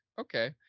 okay